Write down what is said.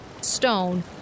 stone